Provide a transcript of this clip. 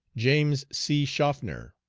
james c. shofner,